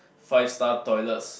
five star toilets